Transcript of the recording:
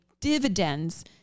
dividends